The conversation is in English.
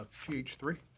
ah ph three.